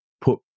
put